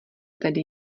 tedy